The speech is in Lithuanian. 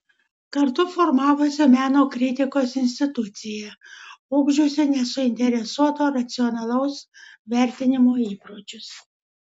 kartu formavosi meno kritikos institucija ugdžiusi nesuinteresuoto racionalaus vertinimo įpročius